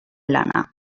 lana